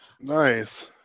nice